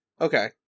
Okay